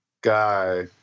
guy